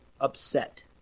upset